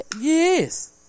Yes